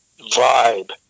vibe